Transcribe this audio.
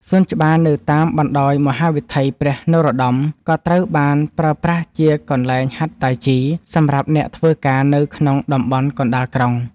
សួនច្បារនៅតាមបណ្ដោយមហាវិថីព្រះនរោត្ដម ក៏ត្រូវបានប្រើប្រាស់ជាកន្លែងហាត់តៃជីសម្រាប់អ្នកធ្វើការនៅក្នុងតំបន់កណ្ដាលក្រុង។